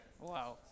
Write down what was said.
Wow